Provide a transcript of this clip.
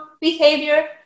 behavior